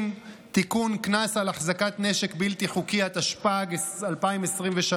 קנס על החזקת נשק בלתי חוקי), התשפ"ג 2023,